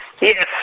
Yes